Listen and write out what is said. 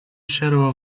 shadow